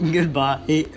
Goodbye